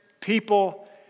people